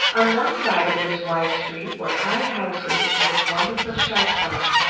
on one side of this wide street were high houses with wonderful shop fronts,